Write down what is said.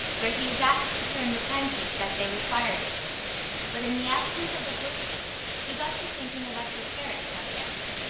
where he was asked to turn the pancakes as they required it but in the absence of the hostess he got to thinking of esoteric subjects,